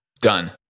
done